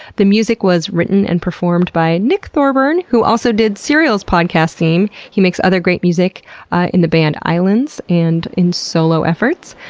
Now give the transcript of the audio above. the music was written and performed by nick thorburn, who also did serial's podcast theme. he makes other great music in the band islands and in solo efforts.